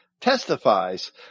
testifies